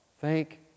Thank